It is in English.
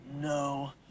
No